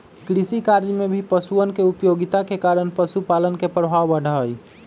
कृषिकार्य में भी पशुअन के उपयोगिता के कारण पशुपालन के प्रभाव बढ़ा हई